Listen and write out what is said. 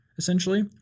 essentially